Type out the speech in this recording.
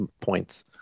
points